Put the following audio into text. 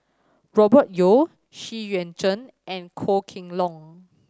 Robert Yeo Xu Yuan Zhen and Goh Kheng Long